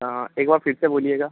हाँ एक बार फिर से बोलिएगा